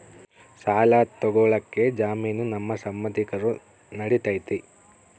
ಸಾಲ ತೊಗೋಳಕ್ಕೆ ಜಾಮೇನು ನಮ್ಮ ಸಂಬಂಧಿಕರು ನಡಿತೈತಿ?